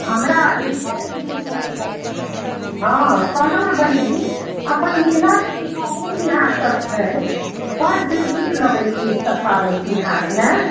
हमरा ई पाबनि तिहार सब हँ कहलहुँ हँ बहिन अपन मिथिलाक जे ई पाबनि तिहार सब छै बड नीक लगैत छै ई सब पाबनि तिहार ने